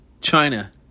China